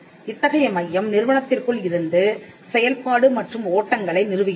இத்தகைய மையம் நிறுவனத்திற்குள் இருந்து செயல்பாடுகள் மற்றும் ஓட்டங்களை நிறுவுகிறது